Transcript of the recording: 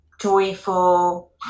joyful